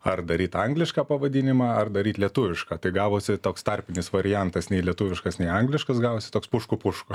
ar daryt anglišką pavadinimą ar daryt lietuvišką tai gavosi toks tarpinis variantas nei lietuviškas nei angliškas gavosi toks pušku pušku